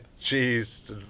cheese